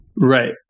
Right